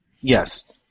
Yes